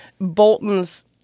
Bolton's